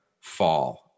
fall